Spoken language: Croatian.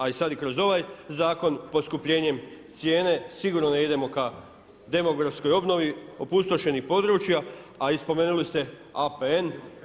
A i sad kroz ovaj zakon poskupljenjem cijene sigurno ne idemo ka demografskoj obnovi opustošenih područja, a i spomenuli ste APN.